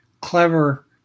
clever